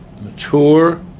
mature